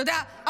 אתה יודע,